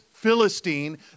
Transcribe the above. Philistine